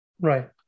Right